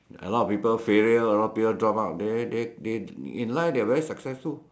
a lot of people failure a lot of people drop out they they they in life they are very successful